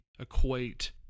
equate